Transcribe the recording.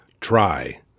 try